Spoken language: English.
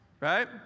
Right